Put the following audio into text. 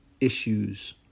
issues